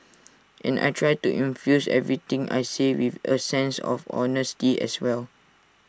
and I try to infuse everything I say with A sense of honesty as well